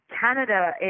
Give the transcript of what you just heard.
Canada